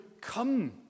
come